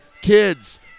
kids